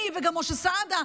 אני וגם משה סעדה,